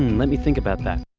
let me think about that.